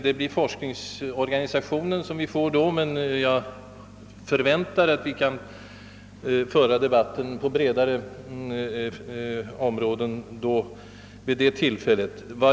Det kommer ju då närmast att gälla forskningsorganisationen. Jag räknar likväl med att vi får möjlighet att föra debatt på en bredare basis vid det tillfället.